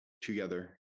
together